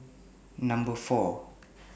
Number four